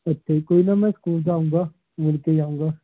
ਅੱਛਾ ਜੀ ਕੋਈ ਨਾ ਮੈਂ ਸਕੂਲ 'ਚ ਆਉਂਗਾ ਮਿਲ ਕੇ ਜਾਊਂਗਾ